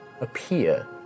appear